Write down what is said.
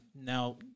Now